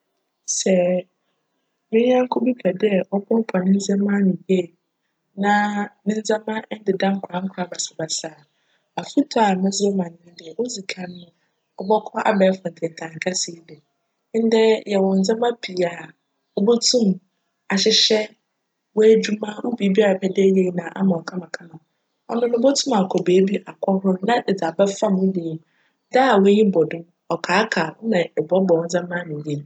Sj me nyjnko bi pj dj cboaboa ne ndzjmba ano yie na ne ndzjmba anndeda basa basa a, afotu a medze ma no nye dj odzi kan, cbckc abajfor ntentjn kjse no do. Ndj yjwc ndzjmba pii a obotum ahyehyj w'edwuma, wo biribiara epj dj eyj nyinara ama wo kama kama. Cno ibotum akc beebi akc hor na edze abjfam wo dan mu. Da w'enyi bc do no, ckaakaa wo ma eboaboa wo ndzjmba ano yie.